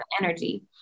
energy